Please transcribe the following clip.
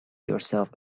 yourself